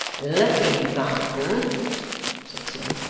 lookye, varden said sim,